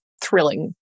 thrilling